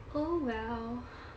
oh well